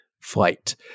flight